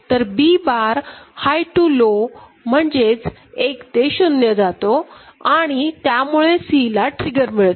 तर B bar high to low म्हणजेच1 ते0 जातो आणि त्यामुळे C ला ट्रिगर मिळते